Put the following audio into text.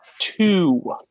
two